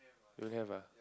don't have ah